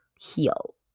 heal